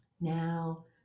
Now